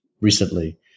recently